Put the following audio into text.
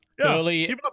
early